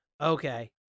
okay